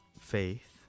faith